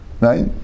right